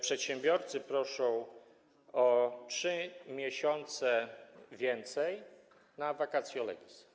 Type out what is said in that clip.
Przedsiębiorcy proszą o 3 miesiące więcej na vacatio legis.